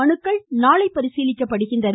மனுக்கள் நாளை பரிசீலிக்கப்படுகின்றன